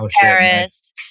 Paris